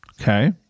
okay